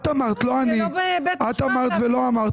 את אמרת לא אני -- זה לא בית משפט ----- את אמרת ולא אמרת.